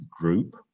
group